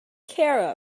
care